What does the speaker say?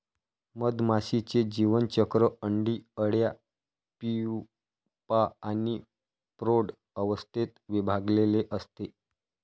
मधमाशीचे जीवनचक्र अंडी, अळ्या, प्यूपा आणि प्रौढ अवस्थेत विभागलेले असते